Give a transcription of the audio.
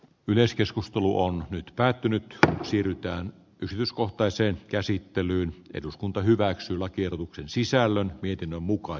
yleiskeskustelu on nyt päätynyt tähän siirrytään yrityskohtaiseen käsittelyyn eduskunta hyväksyi lakiehdotuksen sisällön vitinan mukaan